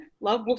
Love